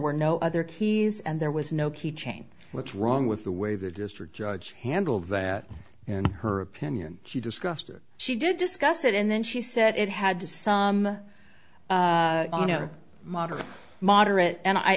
were no other keys and there was no key change what's wrong with the way the district judge handled that and her opinion she discussed or she did discuss it and then she said it had to some moderate moderate